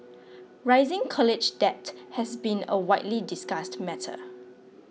rising college debt has been a widely discussed matter